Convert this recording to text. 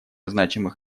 значимых